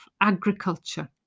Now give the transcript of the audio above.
agriculture